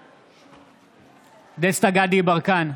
בעד דסטה גדי יברקן,